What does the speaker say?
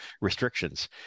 restrictions